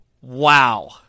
Wow